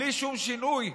בלי שום שינוי,